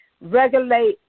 regulate